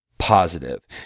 Positive